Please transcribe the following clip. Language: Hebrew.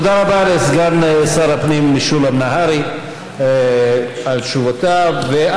תודה רבה לסגן שר הפנים משולם נהרי על תשובותיו.